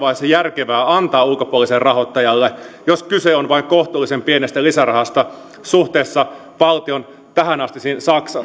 tässä vaiheessa järkevää antaa ulkopuoliselle rahoittajalle jos kyse on vain kohtuullisen pienestä lisärahasta suhteessa valtion tähänastisiin